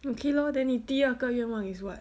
okay lor then 你第二个愿望 is what